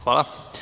Hvala.